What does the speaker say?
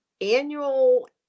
annual